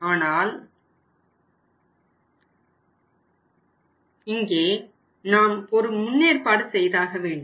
ஆனால் இங்கே நாம் ஒரு முன்னேற்பாடு செய்தாகவேண்டும்